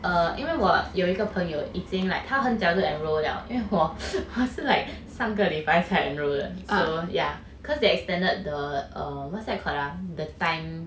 err 因为我有一个朋友已经 like 她很早就 enroll 了因为我是 like 上个礼拜才 enrol 的 so ya cause they extended the err what's that called ah the time